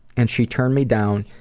and she turned me down,